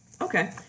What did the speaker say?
Okay